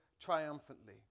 Triumphantly